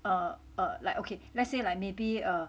err err like okay let's say like maybe err